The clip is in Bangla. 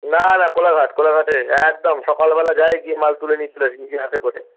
না না কোলাঘাট কোলাঘাটে একদম সকলবেলা যাই গিয়ে মাল তুলে নিয়ে চলে আসি নিজে হাতে করে